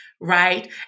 Right